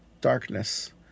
darkness